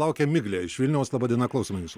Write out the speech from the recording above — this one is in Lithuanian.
laukia miglė iš vilniaus laba diena klausome jūsų